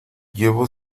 llevo